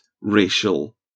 racial